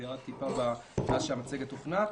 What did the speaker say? זה ירד טיפה מאז שהמצגת הוכנה.